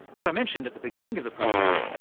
as i mentioned at the beginning of the program,